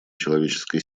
человеческой